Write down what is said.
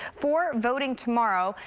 for voting tomorrow,